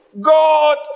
God